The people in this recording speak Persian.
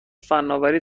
فنآوری